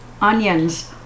onions